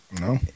No